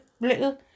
little